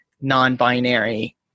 non-binary